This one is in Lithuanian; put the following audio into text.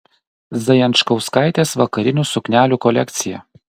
zajančkauskaitės vakarinių suknelių kolekcija